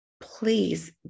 please